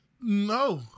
No